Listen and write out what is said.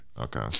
Okay